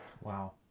Wow